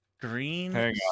Green